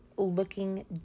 looking